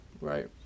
right